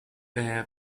air